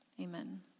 amen